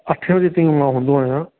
अठे वजे ताईं मां हूंदो आहियां